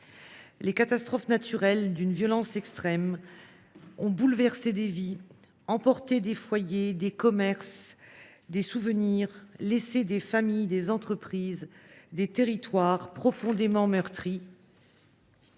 Ces catastrophes naturelles, d’une violence extrême, ont bouleversé des vies, emporté des lieux de vie, des commerces et des souvenirs, laissé des familles, des entreprises et des territoires profondément meurtris.